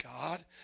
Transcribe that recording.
God